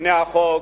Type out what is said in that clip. לפני החוק,